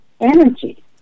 energy